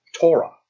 Torah